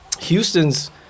Houston's